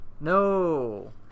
No